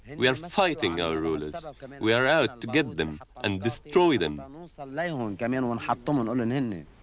we are fighting our rulers ah i mean we are out to get them and destroy them and so like came in one hot woman on an inland